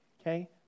Okay